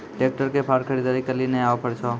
Tractor के फार खरीदारी के लिए नया ऑफर छ?